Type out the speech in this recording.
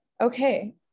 Okay